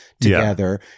together